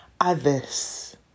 others